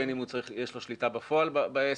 בין אם יש לו שליטה בפועל בעסק